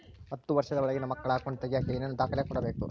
ಹತ್ತುವಷ೯ದ ಒಳಗಿನ ಮಕ್ಕಳ ಅಕೌಂಟ್ ತಗಿಯಾಕ ಏನೇನು ದಾಖಲೆ ಕೊಡಬೇಕು?